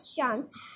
chance